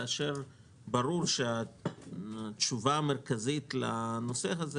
כאשר ברור שהתשובה המרכזית לנושא הזה